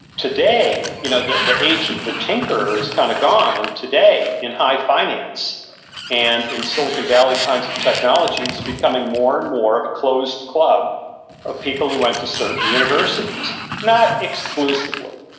today you know the the age of the tinkerer is kind of gone. and today in high finance and in silicon valley kinds of technology it's becoming more and more of a closed club of people who went to certain universities. not exclusively,